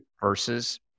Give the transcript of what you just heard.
versus